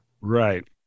Right